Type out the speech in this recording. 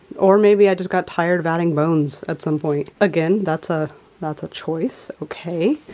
or maybe i just got tired of adding bones at some point. again, that's ah that's a choice. okay.